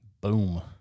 Boom